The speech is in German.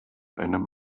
einem